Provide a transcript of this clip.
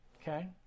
okay